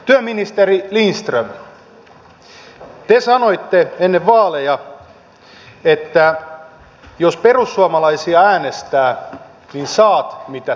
työministeri lindström te sanoitte ennen vaaleja että jos perussuomalaisia äänestää niin saat mitä tilaat